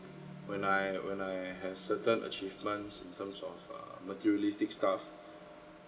when I when I have certain achievements in terms of uh materialistic stuff